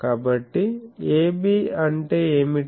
కాబట్టి AB అంటే ఏమిటి